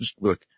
look